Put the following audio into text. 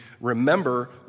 remember